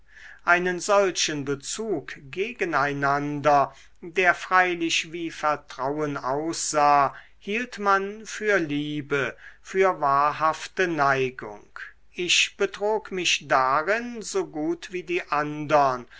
einen solchen bezug gegen einander der freilich wie vertrauen aussah hielt man für liebe für wahrhafte neigung ich betrog mich darin so gut wie die andern